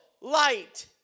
light